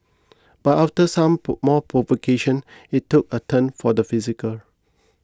but after some pro more provocation it took a turn for the physical